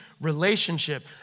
relationship